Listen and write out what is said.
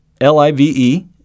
L-I-V-E